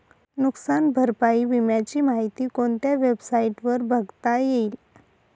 नुकसान भरपाई विम्याची माहिती कोणत्या वेबसाईटवर बघता येईल?